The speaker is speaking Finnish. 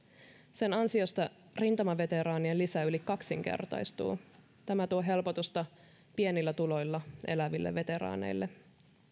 sen ansiosta rintamaveteraanien lisä yli kaksinkertaistuu tämä tuo helpotusta pienillä tuloilla eläville veteraaneille